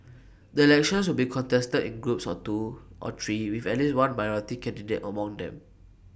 the elections would be contested in groups of two or three with at least one minority candidate among them